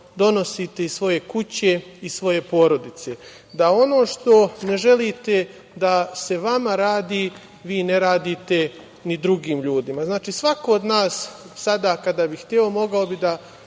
donosite iz svoje kuće, iz svoje porodice. Da ono što ne želite da se vama radi vi ne radite ni drugim ljudima. Znači, svako od nas sada kada bi hteo mogao bi da